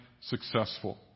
successful